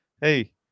Hey